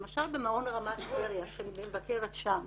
למשל במעון רמת טבריה שאני מבקרת שם